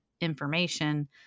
information